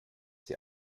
die